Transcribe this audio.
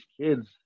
kids